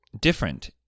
different